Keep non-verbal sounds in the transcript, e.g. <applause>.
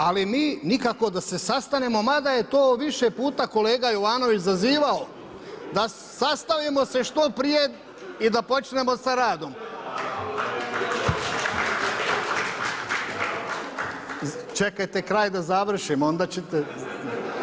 Ali mi nikako da se sastanemo mada je to više puta kolega Jovanović zazivao da sastavimo se što prije i da počnemo sa radom. <applause> Čekajte kraj da završim, onda ćete.